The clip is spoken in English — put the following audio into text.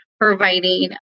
providing